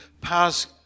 pass